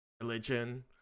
religion